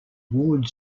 ward